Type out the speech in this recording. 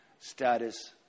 status